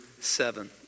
seven